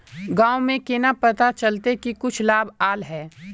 गाँव में केना पता चलता की कुछ लाभ आल है?